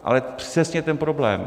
Ale přesně ten problém: